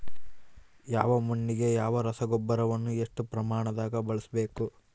ಯಾವ ಮಣ್ಣಿಗೆ ಯಾವ ರಸಗೊಬ್ಬರವನ್ನು ಎಷ್ಟು ಪ್ರಮಾಣದಾಗ ಬಳಸ್ಬೇಕು?